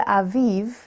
aviv